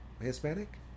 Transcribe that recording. Hispanic